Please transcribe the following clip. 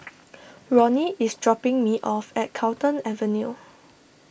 Ronny is dropping me off at Carlton Avenue